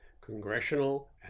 congressional